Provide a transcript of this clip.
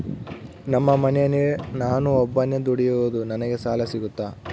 ನಮ್ಮ ಮನೆಯಲ್ಲಿ ನಾನು ಒಬ್ಬನೇ ದುಡಿಯೋದು ನನಗೆ ಸಾಲ ಸಿಗುತ್ತಾ?